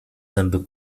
zęby